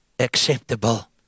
Acceptable